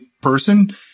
person